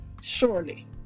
surely